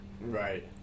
Right